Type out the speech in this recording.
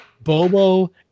Bobo